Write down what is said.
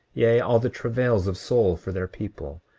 yea, all the travails of soul for their people,